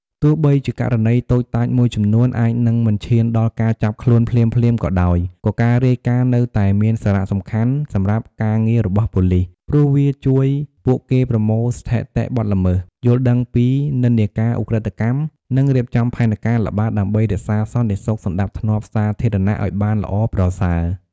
ទោះបីជាករណីតូចតាចមួយចំនួនអាចនឹងមិនឈានដល់ការចាប់ខ្លួនភ្លាមៗក៏ដោយក៏ការរាយការណ៍នៅតែមានសារៈសំខាន់សម្រាប់ការងាររបស់ប៉ូលិស ព្រោះវាជួយពួកគេប្រមូលស្ថិតិបទល្មើស យល់ដឹងពីនិន្នាការឧក្រិដ្ឋកម្ម និងរៀបចំផែនការល្បាតដើម្បីរក្សាសន្តិសុខសណ្តាប់ធ្នាប់សាធារណៈឲ្យបានល្អប្រសើរ។